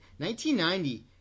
1990